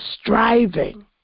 striving